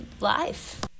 life